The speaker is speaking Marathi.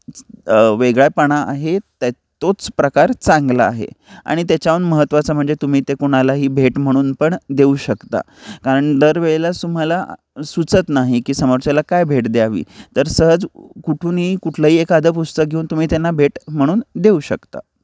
च वेगळापणा आहे त्या तोच प्रकार चांगला आहे आणि त्याच्याहून महत्त्वाचं म्हणजे तुम्ही ते कोणालाही भेट म्हणून पण देऊ शकता कारण दर वेळेला तुम्हाला सुचत नाही की समोरच्याला काय भेट द्यावी तर सहज कुठूनही कुठलंही एखादं पुस्तक घेऊन तुम्ही त्यांना भेट म्हणून देऊ शकता